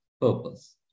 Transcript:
purpose